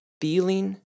feeling